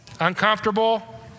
Uncomfortable